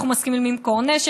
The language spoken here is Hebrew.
אנחנו מסכימים למכור נשק,